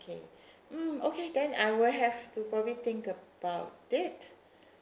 mm okay then I will have to probably think about it